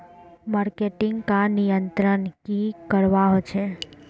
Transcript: Marketing का नियंत्रण की करवा होचे?